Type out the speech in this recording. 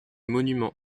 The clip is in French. monuments